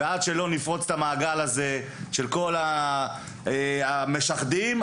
ועד שלא נפרוץ את המעגל הזה של כל המשחדים והמשוחדים,